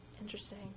Interesting